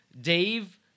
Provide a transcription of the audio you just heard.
Dave